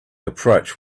approach